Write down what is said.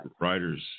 writers